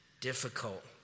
difficult